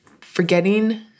Forgetting